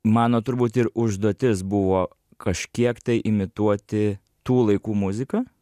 mano turbūt ir užduotis buvo kažkiek tai imituoti tų laikų muziką